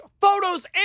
photos